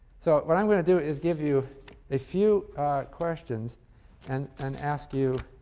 so what i'm going to do is give you a few questions and and ask you